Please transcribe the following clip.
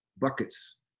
buckets